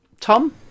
Tom